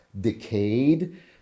decayed